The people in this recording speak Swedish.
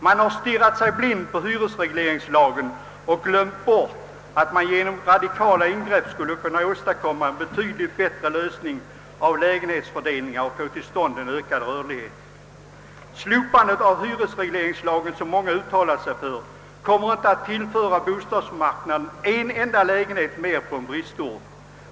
Man har stirrat sig blind på hyresregleringslagen och glömt bort att man genom radikala ingrepp skulle kunna åstadkomma en betydligt bättre lägenhetsfördelning och få till stånd ökad rörlighet. Slopandet av <hyresregleringslagen, som många uttalar sig för, kommer inte att på bristorterna tillföra bostadsmarknaden en enda lägenhet mer.